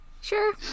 Sure